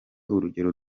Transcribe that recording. urugero